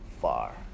far